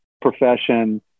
profession